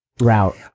Route